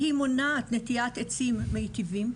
היא מונעת נטיעת עצים מיטיבים,